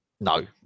No